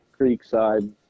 Creekside